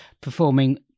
performing